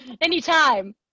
anytime